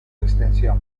extensión